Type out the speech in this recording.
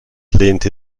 lehnte